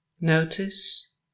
Notice